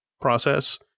process